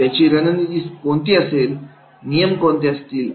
त्या रणनीतीसाठी कोणते नियम असतात